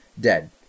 dead